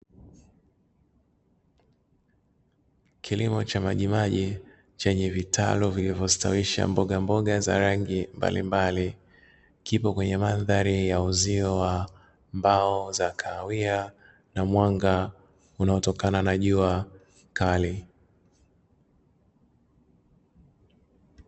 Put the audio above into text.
Kilimo cha majimaji chenye vitalu vilivyostawisha mbogamboga za rangi mbalimbali, kipo kwenye mandhari ya uzio wa mbao za kahawia na mwanga unaotokana na jua kali.